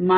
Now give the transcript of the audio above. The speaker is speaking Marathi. ∫dBdt